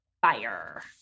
fire